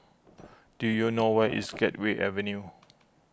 do you know where is Gateway Avenue